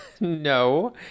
no